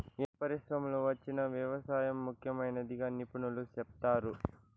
ఎన్ని పరిశ్రమలు వచ్చినా వ్యవసాయం ముఖ్యమైనదిగా నిపుణులు సెప్తారు